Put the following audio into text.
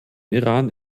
iran